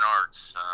arts